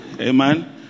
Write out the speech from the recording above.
Amen